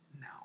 now